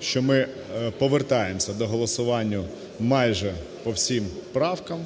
що ми повертаємося до голосування майже по всім правкам,